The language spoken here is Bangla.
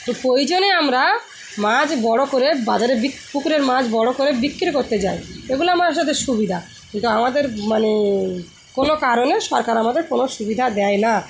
তো প্রয়োজনে আমরা মাছ বড়ো করে বাজারে পুকুরের মাছ বড়ো করে বিক্রি করতে যাই এগুলো আমার সাথে সুবিধা কিন্তু আমাদের মানে কোনো কারণে সরকার আমাদের কোনো সুবিধা দেয় না